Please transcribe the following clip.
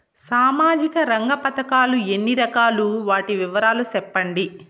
సామాజిక రంగ పథకాలు ఎన్ని రకాలు? వాటి వివరాలు సెప్పండి